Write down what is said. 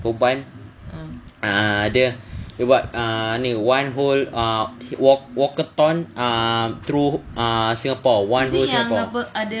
perempuan ah dia dia buat ah ni one whole ah walk walkathon ah through ah singapore one whole singapore